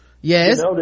yes